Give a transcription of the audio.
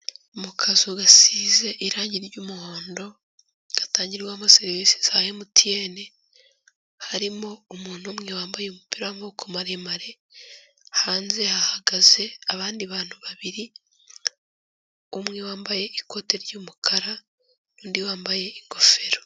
Mu kazu gasize irangi ry'umuhondo hatangirwamo serivisi za emutiyene harimo umuntu umwe wambaye umupira w'amaguru maremare, hanze hahagaze abandi bantu babiri umwe wambaye ikote ry'umukara undi wambaye ingofero.